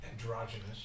Androgynous